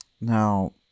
now